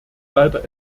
leider